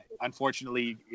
unfortunately